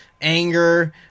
anger